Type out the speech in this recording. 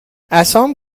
عصام